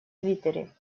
твиттере